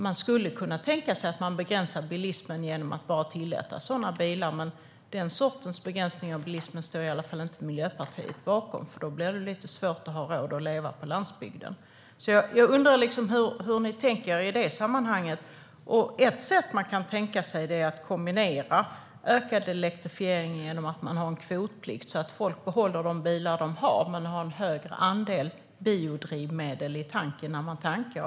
Man skulle kunna tänka sig att begränsa bilismen genom att bara tillåta sådana bilar, men den sortens begränsning av bilismen står i vart fall inte Miljöpartiet bakom, för då blir det lite svårt att ha råd att leva på landsbygden. Jag undrar hur ni tänker i det sammanhanget. Ett sätt man kan tänka sig är att kombinera ökad elektrifiering med en kvotplikt, så att folk behåller de bilar de har men har en större andel biodrivmedel i tanken när de tankar.